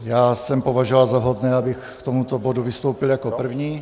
Já jsem považoval za vhodné, abych k tomuto bodu vystoupil jako první.